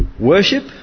Worship